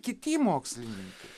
kiti mokslininkai